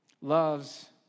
loves